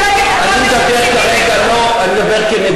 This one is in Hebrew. אני מדבר כרגע כמדינה,